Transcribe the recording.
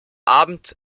abend